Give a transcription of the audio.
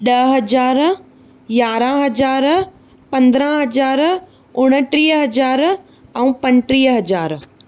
ॾह हज़ार यारहां हज़ार पंद्रहां हज़ार उणटीह हज़ार ऐं पंटीह हज़ार